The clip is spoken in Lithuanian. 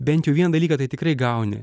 bent jau vieną dalyką tai tikrai gauni